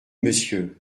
monsieur